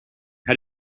how